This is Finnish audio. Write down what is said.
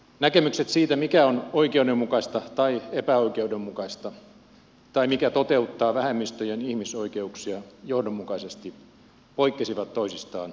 näkemykset siitä mikä on oikeudenmukaista tai epäoikeudenmukaista tai mikä toteuttaa vähemmistöjen ihmisoikeuksia johdonmukaisesti poikkesivat toisistaan jyrkästi